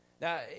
Now